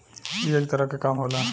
ई एक तरह के काम होला